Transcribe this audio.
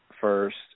first